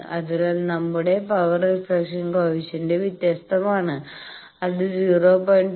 അതിനാൽ നമ്മുടെ power reflection coefficient വ്യത്യസ്തമാണ് അത് 0